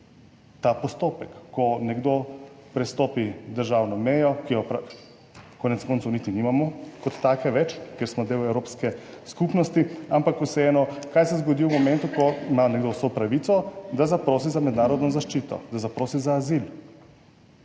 ta postopek, ko nekdo prestopi državno mejo, ki jo konec koncev niti nimamo kot take več, ker smo del Evropske skupnosti, ampak vseeno, kaj se zgodi v momentu, ko ima nekdo vso pravico, da zaprosi za mednarodno zaščito, da zaprosi za azil.